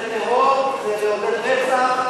זה טרור, וזה מעודד רצח.